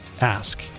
ask